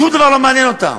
שום דבר לא מעניין אותה: